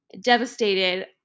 Devastated